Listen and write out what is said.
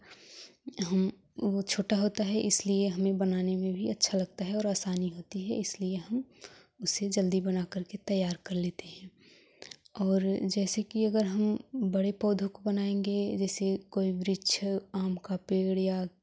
वह छोटा होता है इसलिए हमें बनाने में भी अच्छा लगता है और आसानी होती है इसलिए हम उसे जल्दी बना करके तैयार कर लेते हैं और जैसे कि अगर हम बड़े पौधों को बनाएँगे जैसे कोई वृक्ष आम का पेड़ या